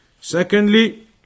Secondly